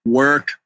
work